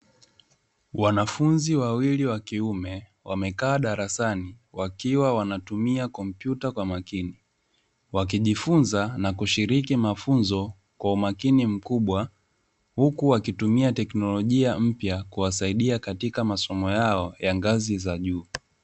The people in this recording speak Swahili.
Wanafunzi wawili wakiume wamekaa darasani wakiwa wanatumia kompyuta kwa makini ,wakijifunza na kushiriki mafunzo kwa umakini mkubwa huku wakitumia tekinolijia mpya kuwasaidia katika masomo yao ya ngazi za juu.